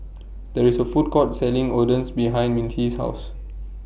There IS A Food Court Selling Oden behind Mintie's House